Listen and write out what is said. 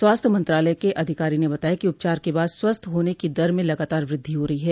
स्वास्थ्य मंत्रालय के अधिकारी ने बताया कि उपचार के बाद स्वस्थ होने की दर में लगातार वृद्धि हो रही है